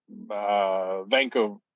vanco